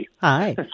Hi